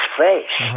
face